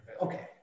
okay